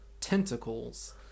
tentacles